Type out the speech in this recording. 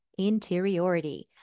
interiority